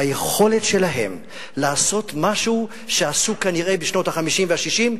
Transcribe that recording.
ביכולת שלהם לעשות משהו שעשו כנראה בשנות ה-50 וה-60.